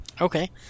Okay